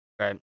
Right